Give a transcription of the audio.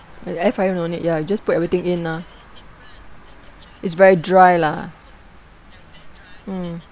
a~ air fryer no need ya just put everything in ah is very dry lah mm